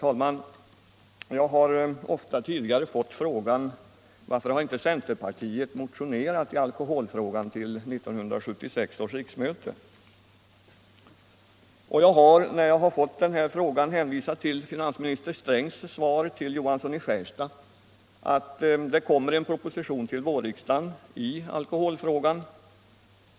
Herr talman! Jag har fått frågan varför inte centerpartiet motionerat i alkoholfrågan till 1976 års riksmöte. Jag har då hänvisat till finansminister Strängs svar till herr Johansson i Skärstad att det till vårriksdagen kommer en proposition i alkoholfrågan.